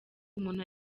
umuntu